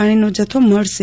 પાણીનો જથ્થો મળશે